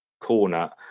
corner